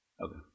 Okay